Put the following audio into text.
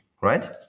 right